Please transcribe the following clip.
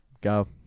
Go